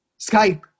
Skype